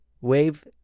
Wave